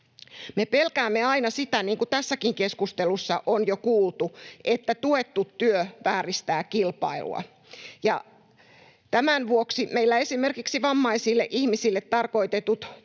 pelkäämme aina sitä, niin kuin tässäkin keskustelussa on jo kuultu, että tuettu työ vääristää kilpailua, ja tämän vuoksi meillä esimerkiksi vammaisille ihmisille tarkoitetut